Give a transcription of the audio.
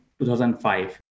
2005